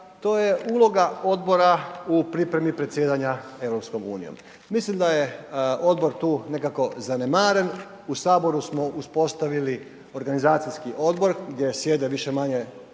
to je uloga odbora u pripremi predsjedanja EU. Mislim da je odbor tu nekako zanemaren, u HS smo uspostavili organizacijski odbor gdje sjede više-manje